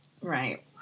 Right